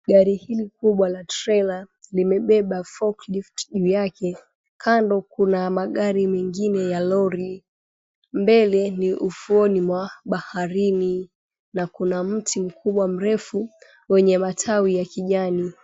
Gari hili kubwa la trela limebeba forklift juu yake. Kando kuna magari mengine ya lori. Mbele ni ufuoni mwa baharini na kuna mti mkubwa mrefu wenye matawi ya kijani.